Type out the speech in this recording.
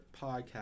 podcast